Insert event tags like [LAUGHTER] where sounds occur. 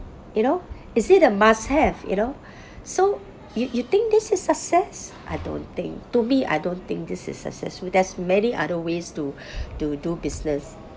you know is it a must have you know [BREATH] so you you think this is success I don't think to me I don't think this is successful there's many other ways to [BREATH] to do business